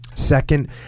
second